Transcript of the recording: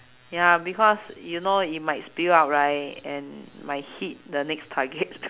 ya because you know it might spill out right and might hit the next target